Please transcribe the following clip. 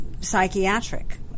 psychiatric